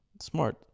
Smart